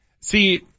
See